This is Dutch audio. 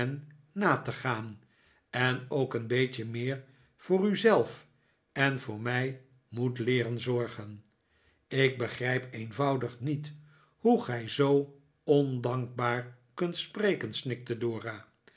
na te gaan en ook een beetje meer voor u zelf en voor mij moet leeren zorgen ik begrijp eenvoudig niet hoe gij zoo ondankbaar kunt spreken snikte dora